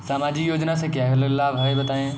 सामाजिक योजना से क्या क्या लाभ हैं बताएँ?